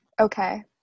Okay